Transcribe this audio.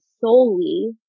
solely